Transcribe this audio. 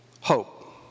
hope